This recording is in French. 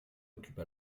occupa